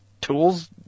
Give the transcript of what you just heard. tools